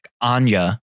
Anya